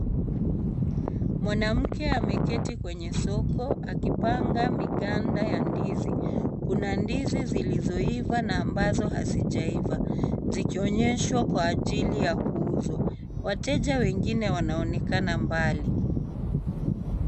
Mwanamke ameketi kwenye soko akipanga miganda ya ndizi. Kuna ndizi zilizoiva na ambazo hazijaiva. Zikionyeshwa kwa ajili ya kuuzwa. Wateja wengine wanaonekana mbali.